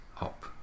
up